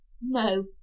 No